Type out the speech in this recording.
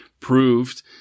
Proved